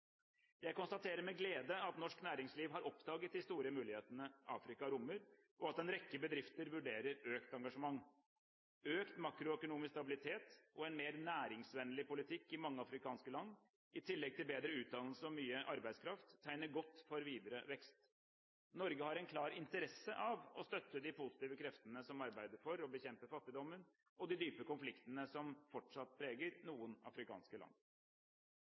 Jeg konstaterer med glede at norsk næringsliv har oppdaget de store mulighetene Afrika rommer, og at en rekke bedrifter vurderer økt engasjement. Økt makroøkonomisk stabilitet og en mer næringsvennlig politikk i mange afrikanske land, i tillegg til bedre utdannelse og mye arbeidskraft, tegner godt for videre vekst. Norge har en klar interesse av å støtte de positive kreftene som arbeider for å bekjempe fattigdommen og de dype konfliktene som fortsatt preger noen afrikanske land.